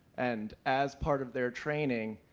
and as part of their training,